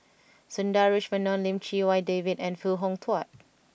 Sundaresh Menon Lim Chee Wai David and Foo Hong Tatt